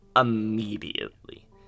immediately